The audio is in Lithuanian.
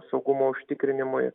saugumo užtikrinimui